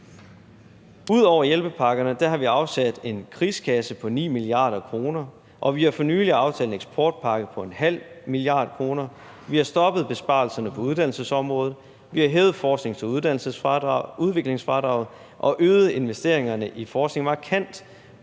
Ud over hjælpepakkerne har vi afsat en krigskasse på 9 mia. kr., vi har for nylig aftalt en eksportpakke på 0,5 mia. kr., vi har stoppet besparelserne på uddannelsesområdet, vi har hævet forsknings- og udviklingsfradraget, og vi har øget investeringerne i forskning markant